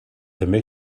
també